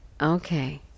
Okay